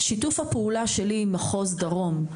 שיתוף הפעולה שלי במחוז דרום,